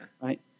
Right